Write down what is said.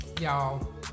Y'all